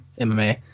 MMA